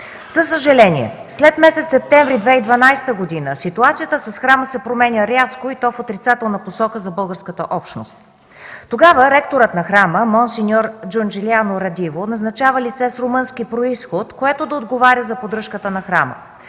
За съжаление след месец септември 2012 г. ситуацията с храма се променя рязко и то в отрицателна посока за българската общност. Тогава ректорът на храма монсеньор Джанджулио Радиво назначава лице с румънски произход, което да отговаря за неговата поддръжка.